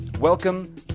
Welcome